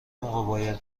موقع